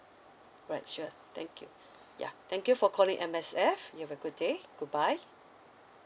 right sure thank you yeah thank you for calling M_S_F you have a good day goodbye